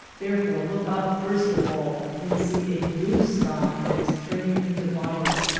therefore look up first of all and see a blue sky that is turning into violet.